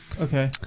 Okay